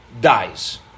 dies